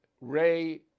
Ray